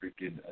freaking